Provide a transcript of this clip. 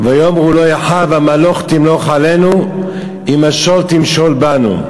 "ויאמרו לו אחיו המלֹך תמלֹך עלינו אם משול תמשֹל בנו,